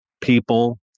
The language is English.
people